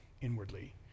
inwardly